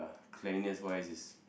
uh cleanliness wise is